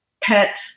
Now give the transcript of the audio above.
pet